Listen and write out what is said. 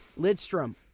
Lidstrom